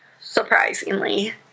surprisingly